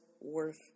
worth